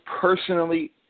personally